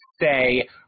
say